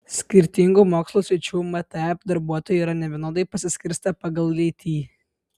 skirtingų mokslo sričių mtep darbuotojai yra nevienodai pasiskirstę pagal lytį